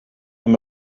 amb